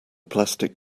plastic